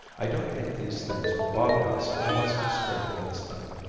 i don't think these things will bother us unless we scrape against them.